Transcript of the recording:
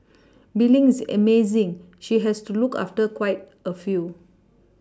Bee Ling is amazing she has to look after quite a few